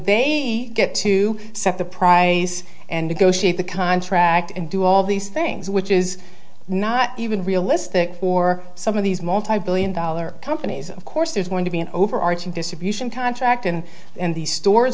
they get to set the price and negotiate the contract and do all these things which is not even realistic for some of these multibillion dollar companies of course there's going to be an overarching distribution contract and in these stores